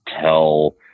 tell